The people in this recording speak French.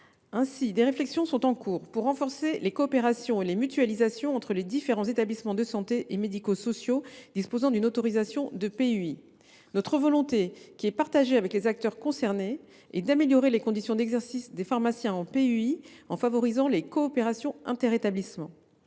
Ainsi, des réflexions sont en cours pour renforcer les coopérations et les mutualisations entre les différents établissements de santé et médico sociaux disposant d’une autorisation de PUI. Notre volonté, qui est partagée par les acteurs concernés, est d’améliorer les conditions d’exercice des pharmaciens en PUI en favorisant les coopérations interétablissements.